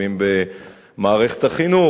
לפעמים במערכת החינוך,